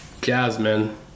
Jasmine